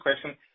question